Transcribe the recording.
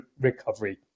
recovery